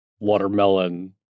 watermelon